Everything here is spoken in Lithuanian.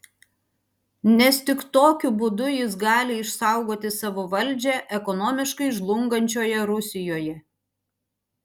nes tik tokiu būdu jis gali išsaugoti savo valdžią ekonomiškai žlungančioje rusijoje